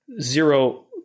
zero